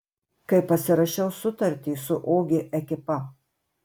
kai pasirašiau sutartį su ogi ekipa